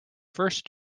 first